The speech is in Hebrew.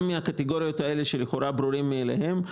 גם מהקטגוריות האלו שלכאורה ברורות מאליהן,